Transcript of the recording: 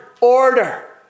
order